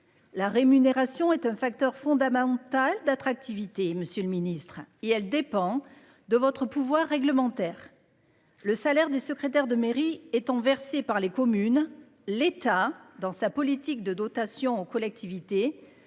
La rémunération est un facteur fondamental d'attractivité. Monsieur le Ministre et elle dépend de votre pouvoir réglementaire. Le salaire des secrétaires de mairie étant versée par les communes. L'État dans sa politique de dotation aux collectivités